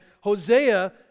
Hosea